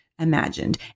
Imagined